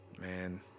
man